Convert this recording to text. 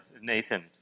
Nathan